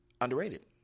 underrated